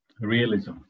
Realism